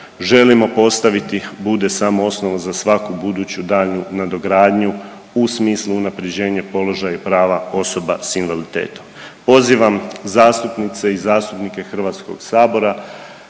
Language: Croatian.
želimo postaviti bude samo osnova za svaku buduću daljnju nadogradnju u smislu unapređenje položaja i prava osoba sa invaliditetom. Pozivam zastupnice i zastupnike Hrvatskog sabora